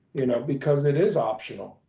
you know because it is optional.